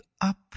up